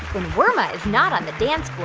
when worma is not on the dance floor,